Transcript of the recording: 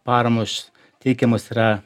paramos teikiamos yra